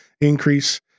increase